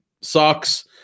sucks